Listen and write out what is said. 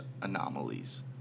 anomalies